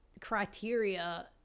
criteria